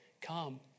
Come